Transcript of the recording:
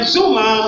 Zuma